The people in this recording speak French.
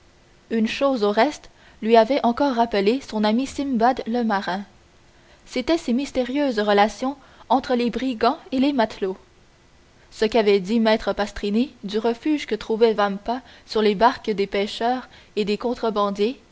une chose au reste lui avait encore rappelé son ami simbad le marin c'étaient ces mystérieuses relations entre les brigands et les matelots ce qu'avait dit maître pastrini du refuge que trouvait vampa sur les barques des pécheurs et des contrebandiers